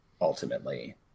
ultimately